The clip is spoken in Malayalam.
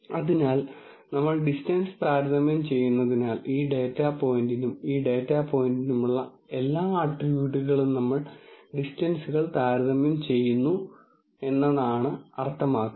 അതിനാൽ നമ്മൾ ഡിസ്റ്റൻസ് താരതമ്യം ചെയ്യുന്നതിനാൽ ഈ ഡാറ്റ പോയിന്റിനും ഈ ഡാറ്റ പോയിന്റിനുമുള്ള എല്ലാ ആട്രിബ്യൂട്ടുകളും നമ്മൾ ഡിസ്റ്റൻസുകൾ താരതമ്യം ചെയ്യുന്നു എന്നാണ് അത് അർത്ഥമാക്കുന്നത്